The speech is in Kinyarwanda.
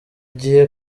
gihe